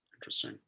Interesting